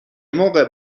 موقع